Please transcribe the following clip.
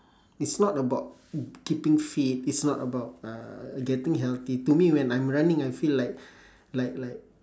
it's not about keeping fit is not about uh getting healthy to me when I'm running I feel like like like